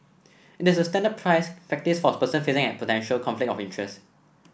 it is the standard practice for a person facing a potential conflict of interest